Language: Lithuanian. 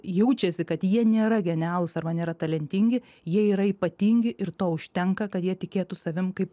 jaučiasi kad jie nėra genialūs arba nėra talentingi jie yra ypatingi ir to užtenka kad jie tikėtų savimi kaip